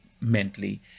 mentally